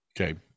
Okay